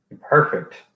Perfect